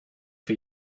for